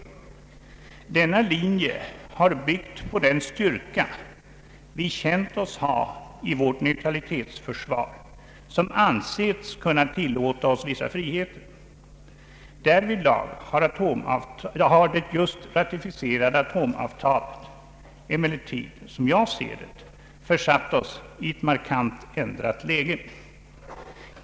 Denna linje har byggt på den styrka vi känt oss ha i vårt neutralitetsförsvar som ansetts kunna tillåta oss vissa friheter. Därvidlag har just det ratificerade atomavtalet emellertid, som jag ser det, försatt oss i ett markant ändrat läge.